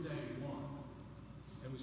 day it was